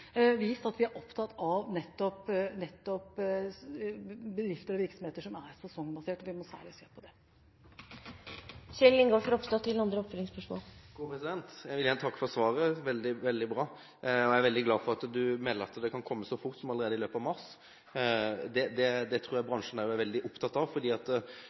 at vi nettopp er opptatt av bedrifter og virksomheter som er sesongbaserte. Vi må særlig se på det. Jeg vil gjerne takke for svaret – veldig bra. Jeg er veldig glad for at statsråden melder at vi kan få en gjennomgang så fort som allerede i løpet av mars. Det tror jeg bransjen også er veldig opptatt av. En ser at